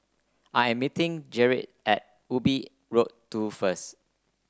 I am meeting Gerrit at Ubi Road Two first